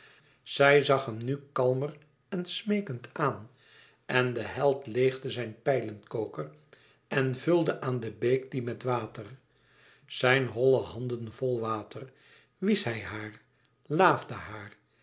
zij zag hem nu kalmer en smeekend aan en de held leêgde zijn pijlenkoker en vulde aan de beek dien met water zijne holle handen vol water wiesch hij haar laafde haar